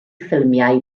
ffilmiau